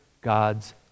God's